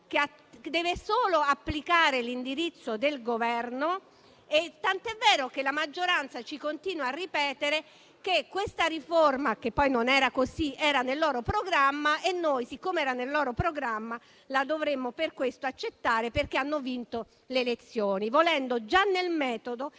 che deve solo applicare l'indirizzo del Governo, tant'è vero che la maggioranza ci continua a ripetere che questa riforma era nel loro programma (anche se non era così) e, siccome era nel loro programma, la dovremmo per questo accettare perché hanno vinto le elezioni, volendo già nel metodo